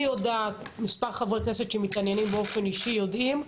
אני ומספר חברי כנסת שמתעניינים באופן אישי יודעים,